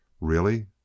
Really